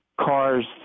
cars